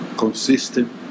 Consistent